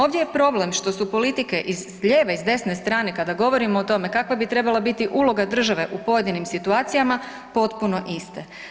Ovdje je problem što su politike i s lijeve i s desne strane kada govorimo o tome kakva bi trebala biti uloga države u pojedinim situacijama, potpune iste.